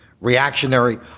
reactionary